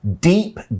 deep